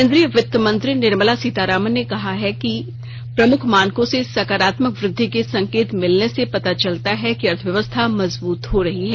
केंद्रीय वित्त मंत्री निर्मला सीतारामण ने आज कहा है कि प्रमुख मानकों से सकारात्मक वृद्धि के संकेत मिलने से पता चलता है कि अर्थव्यव्यस्था मजबूत हो रही है